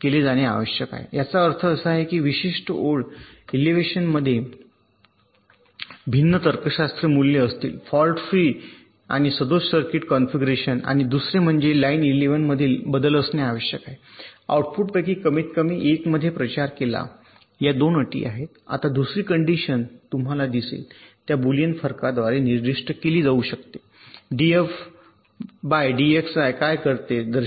केले जाणे आवश्यक आहे ज्याचा अर्थ असा आहे की विशिष्ट ओळ इलेव्हन मध्ये भिन्न तर्कशास्त्र मूल्ये असतील फॉल्ट फ्री आणि सदोष सर्किट कॉन्फिगरेशन आणि दुसरे म्हणजे लाइन इलेव्हनमधील बदल असणे आवश्यक आहे आउटपुटपैकी कमीतकमी 1 मध्ये प्रचार केला या 2 अटी आहेत आता दुसरी कंडीशन तुम्हाला दिसेल त्या बुलियन फरकाद्वारे निर्दिष्ट केली जाऊ शकते डीएफ डीएक्सआय काय करते दर्शविणे